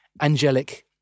angelic